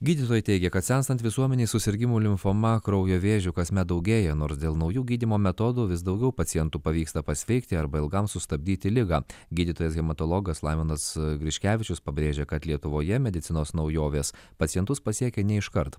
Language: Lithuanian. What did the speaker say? gydytojai teigia kad senstant visuomenei susirgimų limfoma kraujo vėžiu kasmet daugėja nors dėl naujų gydymo metodų vis daugiau pacientų pavyksta pasveikti arba ilgam sustabdyti ligą gydytojas hematologas laimonas griškevičius pabrėžia kad lietuvoje medicinos naujovės pacientus pasiekia ne iškart